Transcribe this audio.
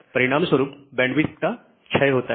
परिणाम स्वरूप बैंडविड्थ का क्षय होता है